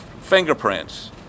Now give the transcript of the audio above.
fingerprints